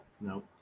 No